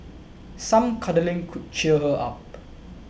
some cuddling could cheer her up